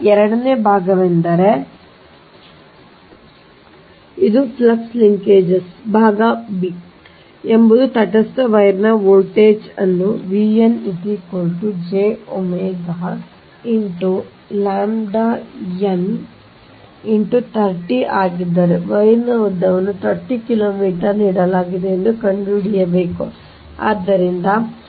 ಈಗ ಎರಡನೇ ಭಾಗವೆಂದರೆ ಇದು ಫ್ಲಕ್ಸ್ ಲಿಂಕ್ಗಳು ಭಾಗ b ಎಂಬುದು ತಟಸ್ಥ ವೈರ್ಲ್ಲಿ ವೋಲ್ಟೇಜ್ ಅನ್ನು Vn jΩ × ʎn × 30 ಆಗಿದ್ದರೆ ವೈರ್ನ ಉದ್ದವನ್ನು 30 ಕಿಲೋಮೀಟರ್ ನೀಡಲಾಗಿದೆ ಎಂದು ಕಂಡುಹಿಡಿಯಬೇಕು ಆದ್ದರಿಂದ jΩ ʎn × 30